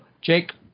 Jake